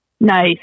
Nice